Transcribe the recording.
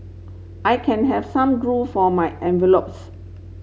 I can have some glue for my envelopes